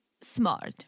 smart